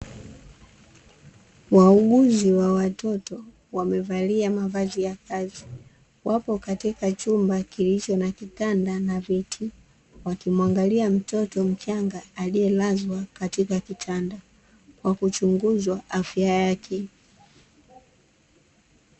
Wauguzi wa watoto wamevalia mavazi ya kazi, wapo katika chumba kilicho na kitanda na viti, wakimwangali mtoto mchanga aliyelazwa katika kitanda kwa kuchunguzwa afya yake.